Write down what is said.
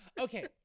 okay